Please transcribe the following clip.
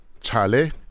Charlie